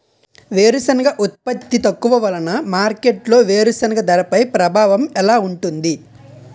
వేరుసెనగ ఉత్పత్తి తక్కువ వలన మార్కెట్లో వేరుసెనగ ధరపై ప్రభావం ఎలా ఉంటుంది?